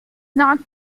not